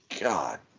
God